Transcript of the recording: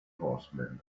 horsemen